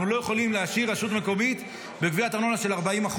אנחנו לא יכולים להשאיר רשות מקומית בגביית ארנונה של 40%,